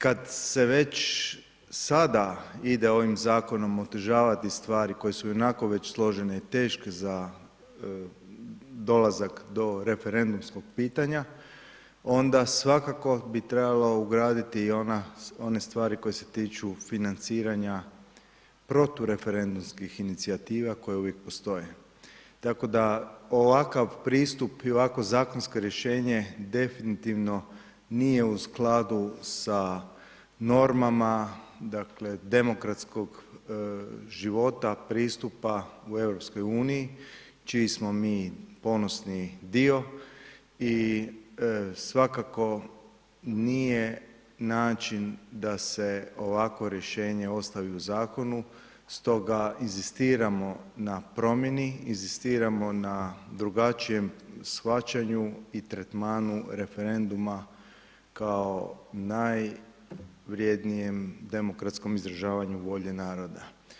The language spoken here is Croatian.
Kad se već sada ide ovim Zakonom otežavati stvari koje su i onako već složene i teške za dolazak do referendumskog pitanja, onda svakako bi trebalo ugraditi i ona, one stvari koje se tiču financiranja protureferendumskih inicijativa koje uvijek postoje, tako da ovakav pristup, i ovako zakonsko rješenje definitivno nije u skladu sa normama, dakle, demokratskog života, pristupa u Europskoj uniji čiji smo mi ponosni dio, i svakako nije način da se ovako rješenje ostavi u Zakonu, stoga inzistiramo na promjeni, inzistiramo na drugačijem shvaćanju i tretmanu referenduma kao najvrjednijem demokratskom izražavanju volje naroda.